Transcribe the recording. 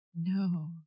no